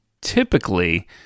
typically